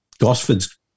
Gosford's